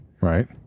Right